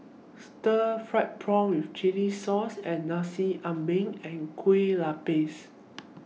Stir Fried Prawn with Chili Sauce and Nasi Ambeng and Kuih Lopes